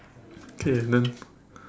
K and then